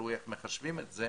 תלוי איך מחשבים את זה,